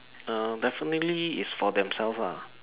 err definitely is for themselves lah